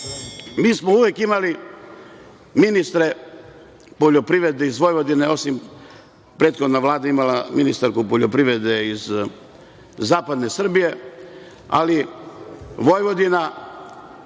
mi smo uvek imali ministre poljoprivrede iz Vojvodine, osim što je prethodna Vlada imala ministarku poljoprivrede iz zapadne Srbije, ali Vojvodina